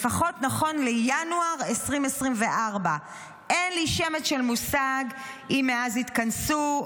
לפחות נכון לינואר 2024. אין לי שמץ של מושג אם מאז שהתכנסו,